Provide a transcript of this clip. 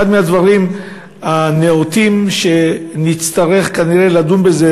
אחד מהדברים הנאותים שנצטרך כנראה לדון בו,